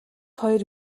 хоёр